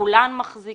כאשר בכולן מחזיקים